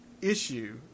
issue